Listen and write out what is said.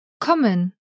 Kommen